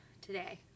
today